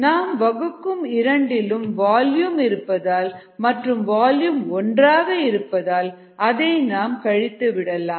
நாம் வகுக்கும் இரண்டிலும் வால்யூம் இருப்பதால் மற்றும் வால்யும் ஒன்றாக இருப்பதால் அதை நாம் அழித்து விடலாம்